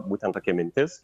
būtent tokia mintis